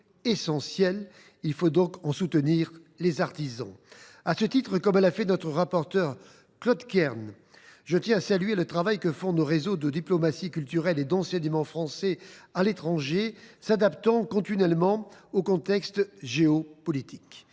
Soutenons donc ses artisans. À ce titre, comme l’a fait notre rapporteur pour avis, Claude Kern, je tiens à saluer le travail de nos réseaux de diplomatie culturelle et d’enseignement du français à l’étranger : ils s’adaptent continuellement au contexte géopolitique.